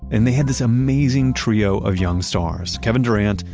and they had this amazing trio of young stars kevin durant,